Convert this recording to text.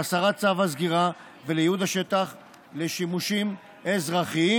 להסרת צו הסגירה ולייעוד השטח לשימושים אזרחיים.